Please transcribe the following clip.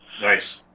Nice